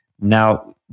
now